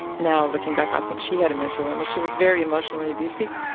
now, looking back, i think she had a mental illness, she was very emotionally abusive.